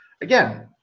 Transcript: again